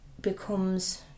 becomes